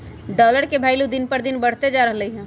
dollar के भइलु दिन पर दिन बढ़इते जा रहलई ह